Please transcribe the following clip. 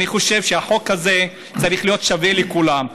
אני חושב שהחוק הזה צריך להיות שווה לכולם.